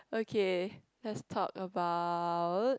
okay lets talk about